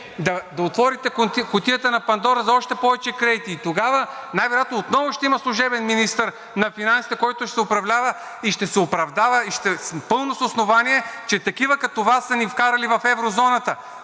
да отворите кутията на Пандора за още повече кредити. И тогава най-вероятно отново ще има служебен министър на финансите, който ще се оправдава и ще е с пълно основание, че такива като Вас са ни вкарали в еврозоната.